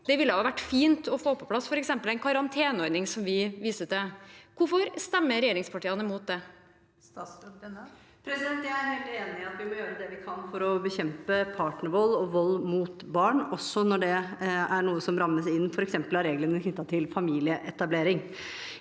Det ville vært fint å få på plass f.eks. en karanteneordning, som vi viser til. Hvorfor stemmer regjeringspartiene imot det? Statsråd Tonje Brenna Jeg er helt enig i at vi må gjøre det vi kan for å bekjempe partnervold og vold mot barn, også når det er noe som rammes inn f.eks. av reglene knyttet til familieetablering.